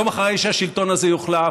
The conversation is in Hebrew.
יום אחרי שהשלטון הזה יוחלף,